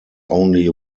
only